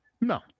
No